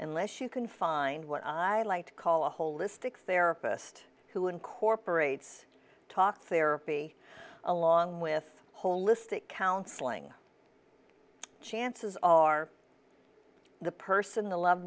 unless you can find what i like to call a holistic therapist who incorporates talk therapy along with holistic counseling chances are the person the loved